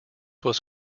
was